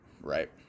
right